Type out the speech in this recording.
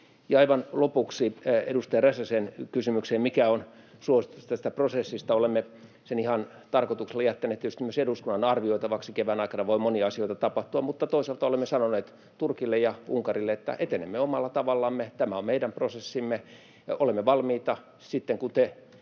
Aivan lopuksi edustaja Räsäsen kysymykseen, mikä on suositus tästä prosessista: olemme sen ihan tarkoituksella jättäneet tietysti myös eduskunnan arvioitavaksi, kevään aikana voi monia asioita tapahtua, mutta toisaalta olemme sanoneet Turkille ja Unkarille, että etenemme omalla tavallamme, tämä on meidän prosessimme, olemme valmiita sitten, kun te